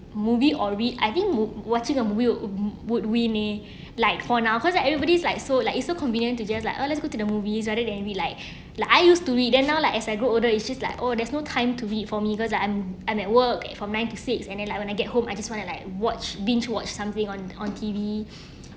movie or read I think mo~ watching a movie we'll would we ne like for now because everybody's like so like it's so convenient to just like oh let's go to the movies rather than read like I used to read then now lah as I grow older it's just like oh there's no time to read for me because I'm I'm at work for nine to six and then like when I get home I just wanted like watch being watch something on on T_V